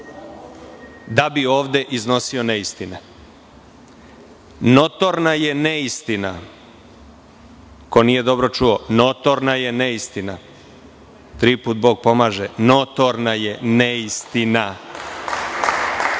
da bi ovde iznosio neistine. Notorna je neistina, ko nije dobro čuo, notorna je neistina, tri puta Bog pomaže, notorna je neistina